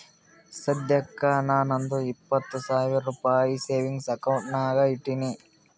ಸದ್ಯಕ್ಕ ನಾ ನಂದು ಇಪ್ಪತ್ ಸಾವಿರ ರುಪಾಯಿ ಸೇವಿಂಗ್ಸ್ ಅಕೌಂಟ್ ನಾಗ್ ಇಟ್ಟೀನಿ